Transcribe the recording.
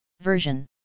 version